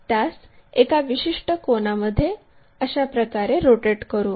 त्यास एका विशिष्ट कोनामध्ये अशाप्रकारे रोटेट करू